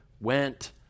went